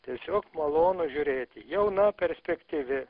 tiesiog malonu žiūrėti jauna perspektyvi